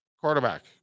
quarterback